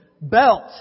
belt